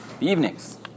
evenings